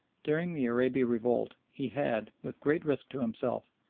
during the arabi revolt he had, with great risk to himself,